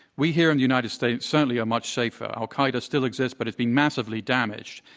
we here in the united states certainly are much safer. al-qaeda still exists but it's been massively damaged.